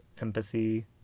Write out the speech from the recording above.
empathy